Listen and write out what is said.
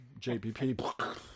JPP